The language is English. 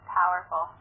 powerful